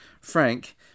Frank